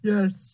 Yes